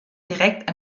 direkt